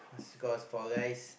cause for guys